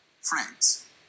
Friends